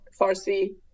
Farsi